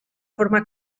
forma